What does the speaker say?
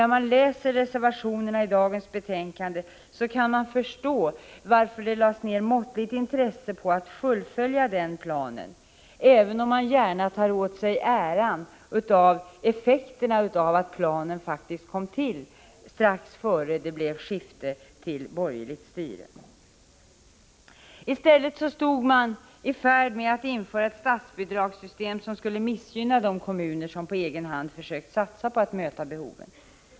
När man läser reservationerna i dagens betänkande kan man förstå att det lades ned måttligt intresse på att fullfölja den planen — även om man gärna tar åt sig äran av effekterna av att planen faktiskt kom till, strax innan det blev 43 borgerlig styrelse. I stället var man i färd med att införa ett statsbidragssystem som skulle missgynna de kommuner som på egen hand försökt satsa på att klara behoven.